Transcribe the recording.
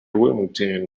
wilmington